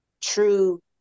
true